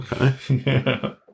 okay